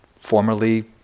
formerly